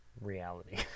reality